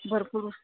भरपूर